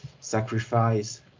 sacrifice